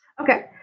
Okay